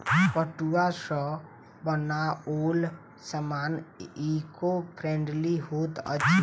पटुआ सॅ बनाओल सामान ईको फ्रेंडली होइत अछि